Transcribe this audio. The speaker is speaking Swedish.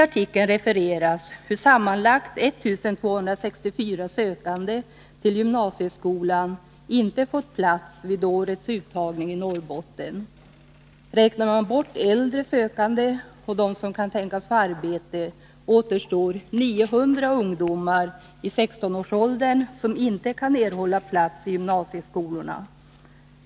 I artikeln refereras hur sammanlagt 1 264 sökande till gymnasieskolan inte fått plats vid årets uttagning i Norrbotten. Räknar man bort äldre sökande och dem som kan tänkas få arbete, återstår 900 ungdomar i 16-årsåldern, som inte kan erhålla plats i gymnasieskolorna i Norrbotten.